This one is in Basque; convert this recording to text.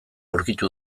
aurkitu